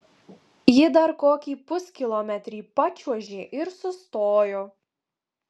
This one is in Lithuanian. ji dar kokį puskilometrį pačiuožė ir sustojo